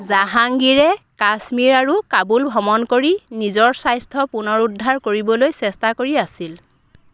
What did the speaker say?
জাহাংগীৰে কাশ্মীৰ আৰু কাবুল ভ্ৰমণ কৰি নিজৰ স্বাস্থ্য পুনৰুদ্ধাৰ কৰিবলৈ চেষ্টা কৰি আছিল